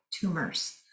tumors